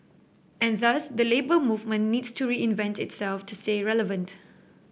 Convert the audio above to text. and thus the Labour Movement needs to reinvent itself to stay relevant